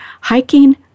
Hiking